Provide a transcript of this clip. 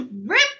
rip